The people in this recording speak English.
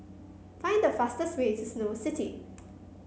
find the fastest way to Snow City